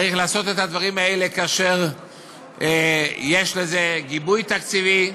צריך לעשות את הדברים האלה כאשר יש לזה גיבוי תקציבי,